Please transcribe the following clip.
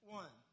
one